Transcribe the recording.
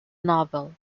novel